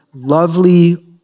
lovely